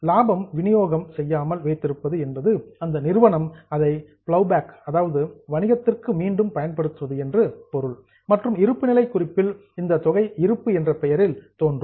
லாபத்தை விநியோகம் செய்யாமல் வைத்திருப்பது என்பது அந்த நிறுவனம் மீண்டும் அதை பிலோட் பேக் வணிகத்திற்காக மீண்டும் பயன்படுத்துவது என்பது பொருள் மற்றும் இருப்புநிலை குறிப்பில் இந்தத் தொகை இருப்பு என்ற பெயரில் அபியர் தோன்றும்